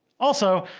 also,